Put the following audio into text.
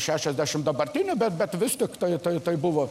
šešiasdešimt dabartinių bet vis titai tai buvo